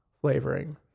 flavoring